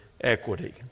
Equity